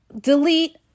delete